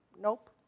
nope